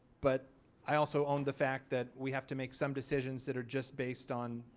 but i also own the fact that we have to make some decisions that are just based on.